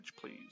please